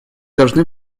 должны